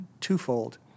twofold